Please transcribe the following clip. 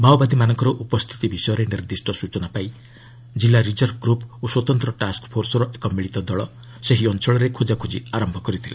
ମାଓବାଦୀମାନଙ୍କର ଉପସ୍ଥିତି ବିଷୟରେ ନିର୍ଦ୍ଦିଷ୍ଟ ସୂଚନା ପାଇ ଜିଲ୍ଲା ରିଜର୍ଭ ଗ୍ରୁପ୍ ଓ ସ୍ୱତନ୍ତ ଟାସ୍କ ଫୋର୍ସର ଏକ ମିଳିତ ଦଳ ସେହି ଅଞ୍ଚଳରେ ଖୋକାଖୋଜି ଆରମ୍ଭ କରିଥିଲେ